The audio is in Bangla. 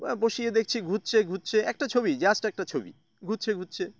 বসিয়ে দেখছি ঘুরছে ঘুরছে একটা ছবি জাস্ট একটা ছবি ঘুরছে ঘুরছে